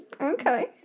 Okay